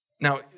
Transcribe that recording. Now